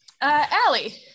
Allie